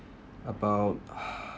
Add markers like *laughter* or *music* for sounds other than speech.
about *breath*